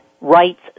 Rights